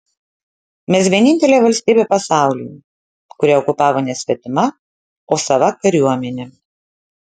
mes vienintelė valstybė pasaulyje kurią okupavo ne svetima o sava kariuomenė